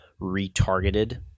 retargeted